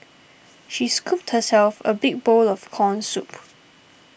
she scooped herself a big bowl of Corn Soup